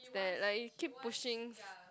is that like you keep pushing